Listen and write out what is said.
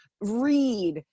read